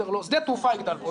שדה תעופה יגדל פה,